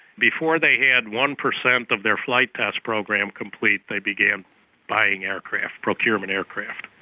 before they had one percent of their flight test program complete they began buying aircraft, procurement aircraft.